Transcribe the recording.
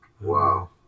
Wow